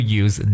use